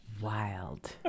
Wild